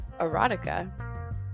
erotica